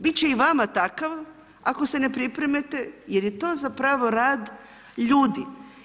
Biti će i vama takav ako se ne pripremite jer je to zapravo rad ljudi.